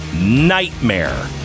nightmare